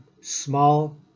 small